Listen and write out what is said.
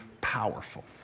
powerful